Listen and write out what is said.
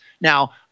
Now